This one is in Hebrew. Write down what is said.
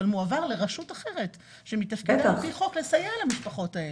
אבל מועבר לרשות אחרת שמתפקידה ע"פ חוק לסייע למשפחות האלה.